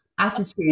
Attitude